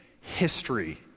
history